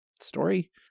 story